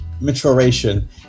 maturation